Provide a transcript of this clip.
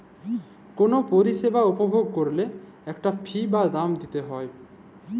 call পরিছেবা উপভগ ক্যইরলে ইকটা ফি বা দাম দিইতে হ্যয়